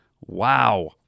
Wow